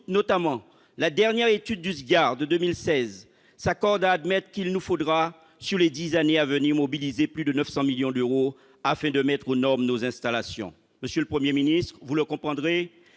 affaires régionales, le SGAR, de 2016, s'accordent à admettre qu'il nous faudra, sur les dix années à venir, mobiliser plus de 900 millions d'euros afin de mettre aux normes nos installations. Monsieur le Premier ministre, vous le comprendrez,